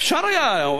אפשר היה,